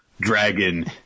dragon